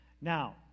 Now